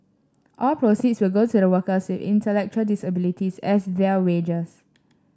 all proceeds go to the workers intellectual disabilities as their wages